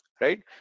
Right